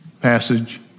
passage